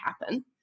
happen